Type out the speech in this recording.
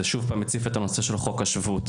וזה שוב הציף את הנושא של חוק השבות.